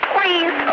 Please